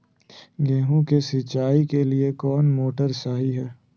गेंहू के सिंचाई के लिए कौन मोटर शाही हाय?